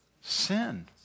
Sin